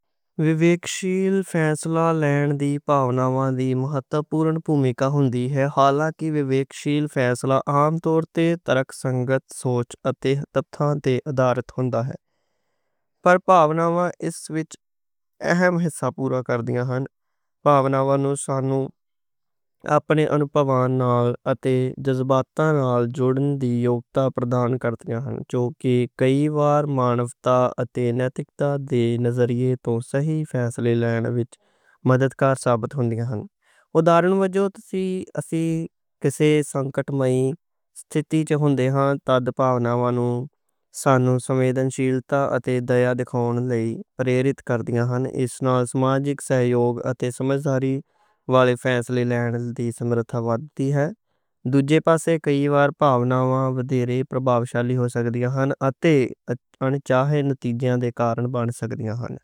وِویکشی فیصلہ لینے پاوناؤں دی مہتوپورن بھومِکا ہُندی ہے۔ حالانکہ وِویکشی فیصلہ عام طور تے ترق سنگت سوچ اتے تتھاں تے اَدارِت ہُندا ہے، پر پاوناؤں اس وچ اہم حصّہ پُورا کر دیندیاں ہیں۔ پاوناؤں نوں سانو اپنے اَنُبھَوّاں نال اتے جذبات نال جوڑن دی یوگتا پردان کر دیندیاں ہیں کیونکہ کئی واری مانَوتا اتے نَیتِکتا دے نظریے توں صحیح فیصلے لینے وچ مددگار ثابت ہُندی ہے۔ اُداہرن وجّوں تُسی اسی کسی سنکٹ مائی ستھِتی چ ہُندے ہاں تاں پاوناؤں نوں سانو سمویدنشیلتہ اتے دیّا دِکھاؤن لئی پریریت کر دیندیاں ہیں، اِس نال سماجِک سہیوگ اتے سمجھداری والے فیصلے لینے دی سمرتھا وادھدی ہے۔ دُجے پاسے کئی واری پاوناؤں ودھیرے پربھاوشالی ہو سکتی ہیں اتے اَنچاہے نتیجے دے کارن بن سکتی ہیں۔